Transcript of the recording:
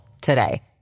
today